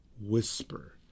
whisper